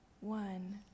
one